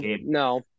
no